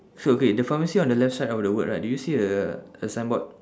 so okay the pharmacy on the left side of the word right do you see a a signboard